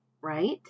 Right